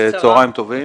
צוהריים טובים,